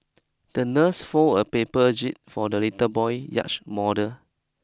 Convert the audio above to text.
the nurse folded a paper jib for the little boy yacht model